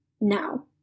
now